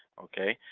ok?